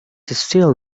still